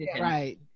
right